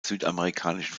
südamerikanischen